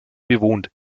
bewohnt